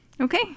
Okay